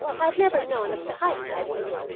i had never known of the hiding-place,